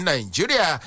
Nigeria